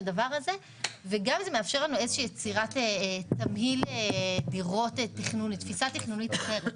זה גם מאפשר לנו ליצור תמהיל דירות בתפיסה תכנונית אחרת.